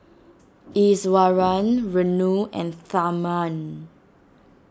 Iswaran Renu and Tharman